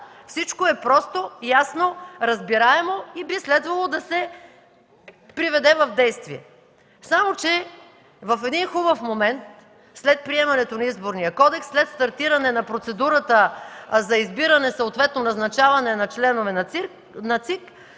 Всичко е просто, ясно, разбираемо и би следвало да се приведе в действие. Само че в един хубав момент след приемането на Изборния кодекс, след стартиране на процедурата за избиране, съответно назначаване на членове на ЦИК,